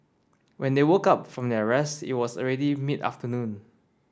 when they woke up from their rest it was already mid afternoon